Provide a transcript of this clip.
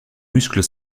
muscles